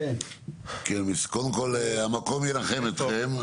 קודם כל המקום ינחם אתכם.